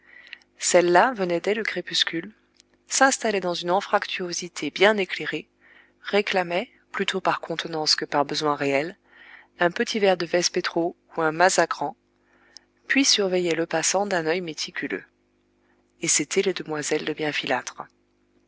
celles-là venaient dès le crépuscule s'installaient dans une anfractuosité bien éclairée réclamaient plutôt par contenance que par besoin réel un petit verre de vespetro ou un mazagran puis surveillaient le passant d'un œil méticuleux et c'étaient les demoiselles de